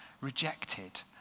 rejected